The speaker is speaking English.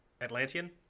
Atlantean